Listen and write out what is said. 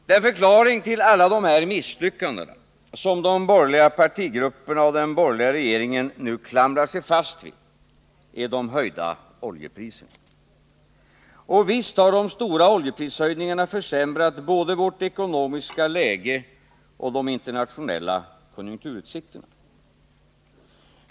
Den förklaring till alla dessa misslyckanden, som de borgerliga partigrupperna och den borgerliga regeringen nu klamrar sig fast vid, är de höjda oljepriserna. Och visst har de stora oljeprishöjningarna försämrat både vårt ekonomiska läge och de internationella konjunkturutsikterna.